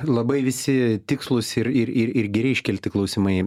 labai visi tikslūs ir ir ir ir geri iškelti klausimai